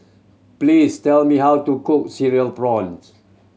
please tell me how to cook Cereal Prawns